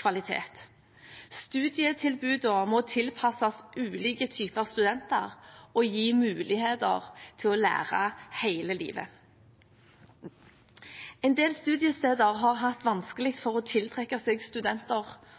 kvalitet. Studietilbudene må tilpasses ulike typer studenter og gi muligheter til å lære hele livet. En del studiesteder har hatt vanskelig for å tiltrekke seg studenter